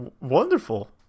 Wonderful